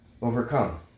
Overcome